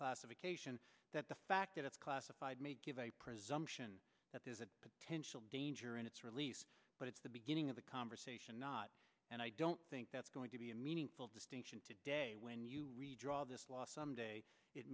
overclassification that the fact that it's classified may give a presumption that there's a potential danger in its release but it's the beginning of the conversation not and i don't think that's going to be a meaningful distinction today when you redraw this law someday it